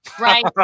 Right